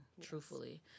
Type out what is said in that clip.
truthfully